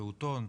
פעוטון,